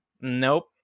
nope